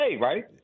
right